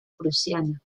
prusiana